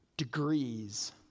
degrees